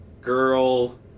girl